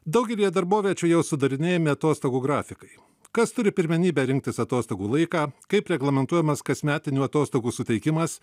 daugelyje darboviečių jau sudarinėjami atostogų grafikai kas turi pirmenybę rinktis atostogų laiką kaip reglamentuojamas kasmetinių atostogų suteikimas